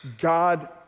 God